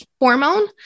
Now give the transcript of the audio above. hormone